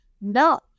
no